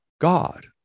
God